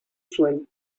zuen